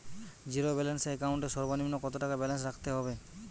Zero balance account এর সর্বনিম্ন কত টাকা ব্যালেন্স রাখতে হবে?